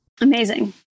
Amazing